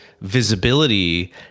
visibility